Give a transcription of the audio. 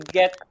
get